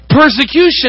persecution